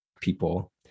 people